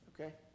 okay